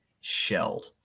shelled